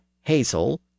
hazel